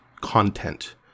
content